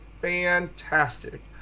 fantastic